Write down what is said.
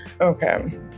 Okay